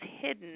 hidden